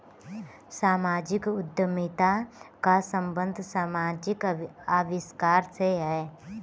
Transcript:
सामाजिक उद्यमिता का संबंध समाजिक आविष्कार से है